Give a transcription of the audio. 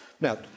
Now